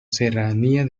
serranía